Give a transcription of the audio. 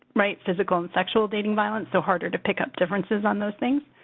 right? physical and sexual dating violence so harder to pick up differences on those things.